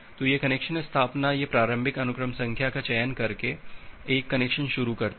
तो यह कनेक्शन स्थापना यह प्रारंभिक अनुक्रम संख्या का चयन करके एक कनेक्शन शुरू करता है